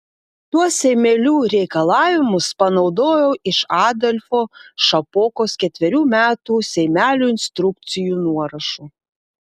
tuos seimelių reikalavimus panaudojau iš adolfo šapokos ketverių metų seimelių instrukcijų nuorašų